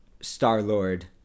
Star-Lord